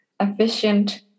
efficient